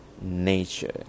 nature